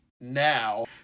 now